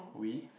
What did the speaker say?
we